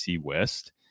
West